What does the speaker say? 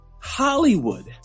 Hollywood